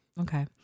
Okay